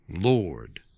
Lord